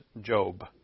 Job